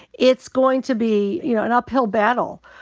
it's going to be, you know, an uphill battle.